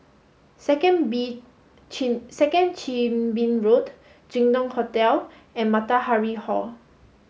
Second Bee Chin Second Chin Bee Road Jin Dong Hotel and Matahari Hall